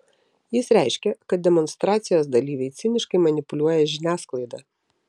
jis reiškė kad demonstracijos dalyviai ciniškai manipuliuoja žiniasklaida